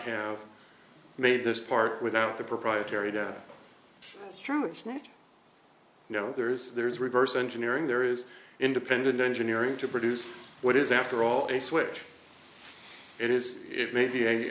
have made this part without the proprietary data no there's there's reverse engineering there is independent engineering to produce what is after all a switch it is it may be a